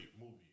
movie